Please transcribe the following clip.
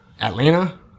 Atlanta